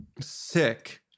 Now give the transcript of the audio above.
Sick